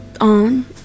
on